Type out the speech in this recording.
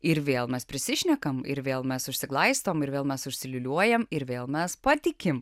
ir vėl mes prisišnekam ir vėl mes užsiglaistom ir vėl mes užsiliūliuojam ir vėl mes patikim